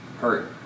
hurt